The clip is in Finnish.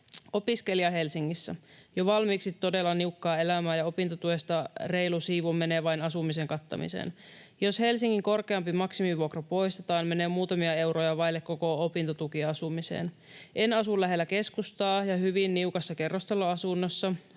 ”Opiskelija Helsingissä. Jo valmiiksi todella niukkaa elämää, ja opintotuesta reilu siivu menee vain asumisen kattamiseen. Jos Helsingin korkeampi maksimivuokra poistetaan, menee muutamia euroja vaille koko opintotuki asumiseen. En asu lähellä keskustaa ja hyvin niukassa kerrostaloasunnossa,